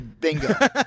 bingo